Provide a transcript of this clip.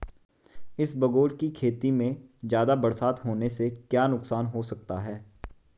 इसबगोल की खेती में ज़्यादा बरसात होने से क्या नुकसान हो सकता है?